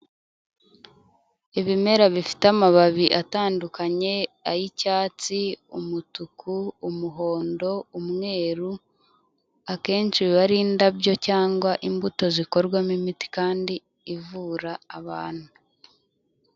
Ibimera bifite amababi atandukanye ay'icyatsi, umutuku, umuhondo, umweru akenshi biba ari indabyo cyangwa imbuto zikorwamo imiti kandi ivura abantu.